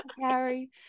Harry